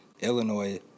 Illinois